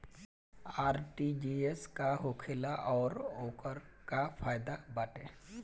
RTGS का होखेला और ओकर का फाइदा बाटे?